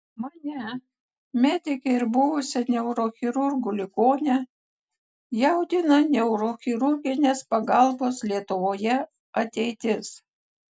mane medikę ir buvusią neurochirurgų ligonę jaudina neurochirurginės pagalbos lietuvoje ateitis